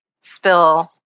spill